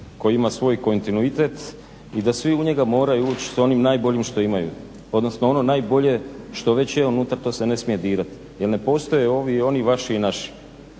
koji ima svoj kontinuitet i da svi u njega moraju ući s onim najboljim što imaju, odnosno ono najbolje što već je unutra, to se ne smije dirati jer ne postoje ovi i oni, vaši i naši.